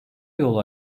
yol